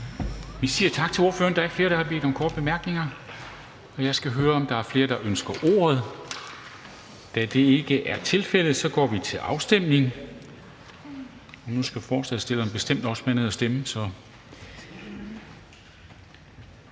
Vi siger tak til ordføreren. Der er ikke flere, der har bedt om korte bemærkninger, og jeg skal høre, om der er flere, der ønsker ordet. Da det ikke er tilfældet, går vi til afstemning. Kl. 13:13 Afstemning Formanden